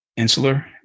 insular